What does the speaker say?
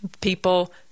People